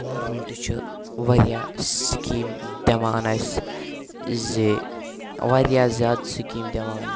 government چھِ واریاہ scheme دِوان اَسہِ زِ واریاہ زیادٕ سِکیٖم دِوان